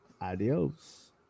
Adios